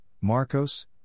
Marcos